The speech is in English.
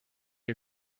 you